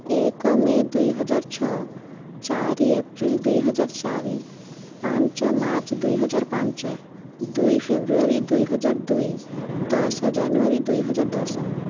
ଏକ ମେ ଦୁଇହଜାର ଛଅ ଚାରି ଏପ୍ରିଲ ଦୁଇ ହଜାର ଚାରି ପାଞ୍ଚ ମାର୍ଚ୍ଚ ଦୁଇ ହଜାର ପାଞ୍ଚ ଦୁଇ ଫେବୃଆରୀ ଦୁଇ ହଜାର ଦୁଇ ଦଶ ଜାନୁଆରୀ ଦୁଇ ହଜାର ଦଶ